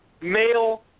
male